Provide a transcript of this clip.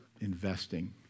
investing